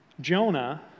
Jonah